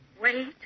Wait